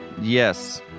Yes